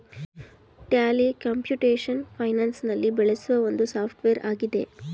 Tally computation finance ನಲ್ಲಿ ಬೆಳೆಸುವ ಒಂದು ಸಾಫ್ಟ್ವೇರ್ ಆಗಿದೆ